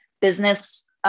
Business